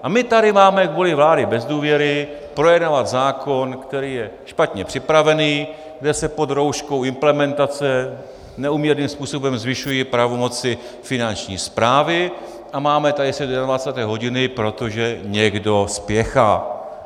A my tady máme kvůli vládě bez důvěry projednávat zákon, který je špatně připravený, kde se pod rouškou implementace neúměrným způsobem zvyšují pravomoci Finanční správy, a máme tady sedět do 21. hodiny, protože někdo spěchá.